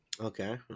Okay